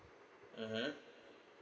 mmhmm